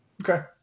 Okay